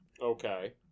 Okay